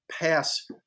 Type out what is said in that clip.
pass